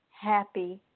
happy